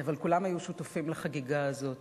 אבל כולם היו שותפים לחגיגה הזאת.